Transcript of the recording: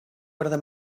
another